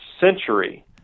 century